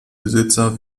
besitzer